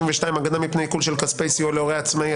72) (הגנה מפני עיקול של כספי סיוע להורה עצמאי),